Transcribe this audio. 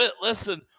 Listen